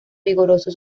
vigoroso